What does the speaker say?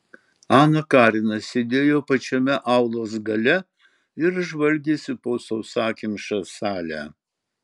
ana karina sėdėjo pačiame aulos gale ir žvalgėsi po sausakimšą salę